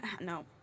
no